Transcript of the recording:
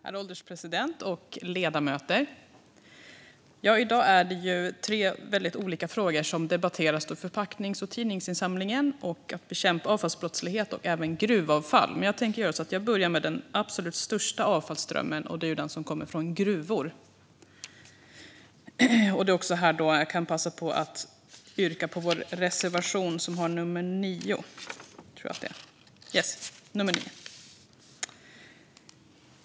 Herr ålderspresident! Ledamöter! Det är tre väldigt olika frågor som debatteras: förpacknings och tidningsinsamlingen, att bekämpa avfallsbrottslighet och även gruvavfall. Jag tänker börja med den absolut största avfallsströmmen, den som kommer från gruvor. Jag kan också passa på att yrka bifall till vår reservation som har nummer 8.